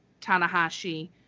Tanahashi